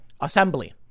assembly